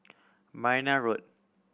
Marne Road